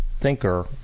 thinker